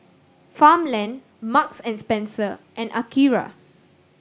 Farmland Marks and Spencer and Akira